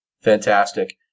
Fantastic